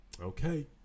okay